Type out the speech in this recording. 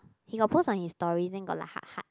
he got post on his stories then got like heart heart